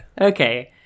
okay